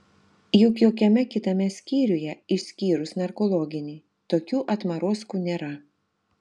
juk jokiame kitame skyriuje išskyrus narkologinį tokių atmarozkų nėra